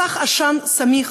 מסך עשן סמיך